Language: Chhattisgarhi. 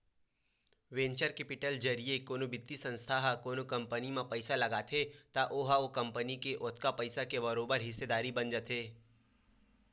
वेंचर केपिटल जरिए कोनो बित्तीय संस्था ह कोनो कंपनी म पइसा लगाथे त ओहा ओ कंपनी के ओतका पइसा के बरोबर हिस्सादारी बन जाथे